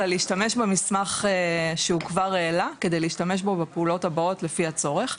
אלא להשתמש במסמך שהוא כבר העלה כדי להשתמש בו בפעולות הבאות לפי הצורך.